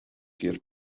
gur